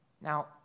Now